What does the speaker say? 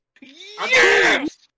yes